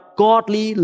godly